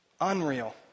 Unreal